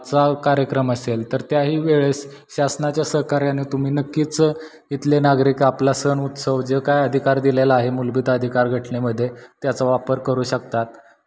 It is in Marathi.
चा कार्यक्रम असेल तर त्याही वेळेस शासनाच्या सहकार्याने तुम्ही नक्कीच इथले नागरिक आपला सण उत्सव जे काय अधिकार दिलेलं आहे मुलभूत अधिकार घटनेमध्ये त्याचा वापर करू शकतात